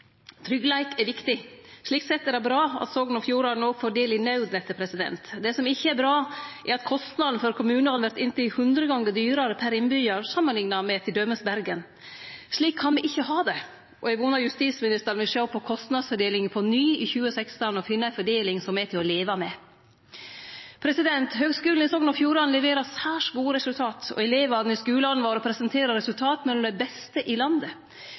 Tryggleik er viktig, slik sett er det bra at Sogn og Fjordane òg får del i naudnettet. Det som ikkje er bra, er at kostnaden for kommunane vert inntil hundre gonger dyrare per innbyggjar samanlikna med t.d. Bergen. Slik kan me ikkje ha det, og eg vonar justisministeren vil sjå på kostnadsfordelinga på ny i 2016 og finne ei fordeling som er til å leve med. Høgskulen i Sogn og Fjordane leverer særs gode resultat, og elevane i skulane våre presenterer resultat mellom dei beste i landet,